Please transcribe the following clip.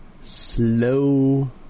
slow